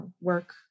work